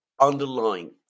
underlying